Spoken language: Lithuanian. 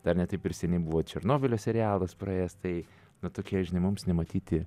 dar ne taip ir seniai buvo černobylio serialas praėjęs tai na tokie žinai mums nematyti